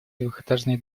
двухэтажной